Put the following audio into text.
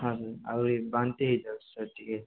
ଆଉ ଆଉ ଏ ବାନ୍ତି ହେଇଯାଉଛି ସାର୍ ଟିକେ